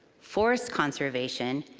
forest conservation,